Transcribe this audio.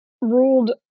ruled